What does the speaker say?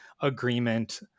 agreement